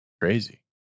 crazy